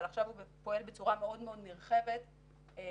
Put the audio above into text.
אבל עכשיו הוא פועל בצורה מאוד נרחבת ביום-יום,